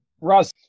Russ